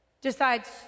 decides